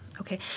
Okay